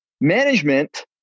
Management